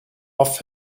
off